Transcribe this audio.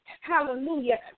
Hallelujah